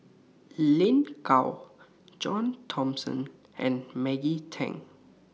Lin Gao John Thomson and Maggie Teng